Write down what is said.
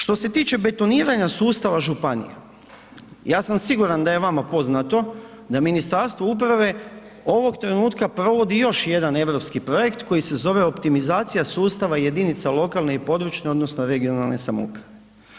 Što se tiče betoniranja sustava županija, ja sam siguran da je vama poznato da Ministarstvo uprave ovog trenutka provodi još jedan europski projekt koji se zove Optimizacija sustava jedinica lokalne i područne (regionalne) samouprave.